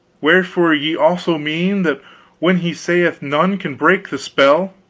wherefore, ye also mean that when he saith none can break the spell